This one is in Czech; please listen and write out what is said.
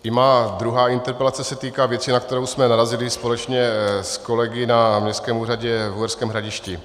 I má druhá interpelace se týká věci, na kterou jsme narazili společně s kolegy na Městském úřadě v Uherském Hradišti.